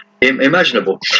Imaginable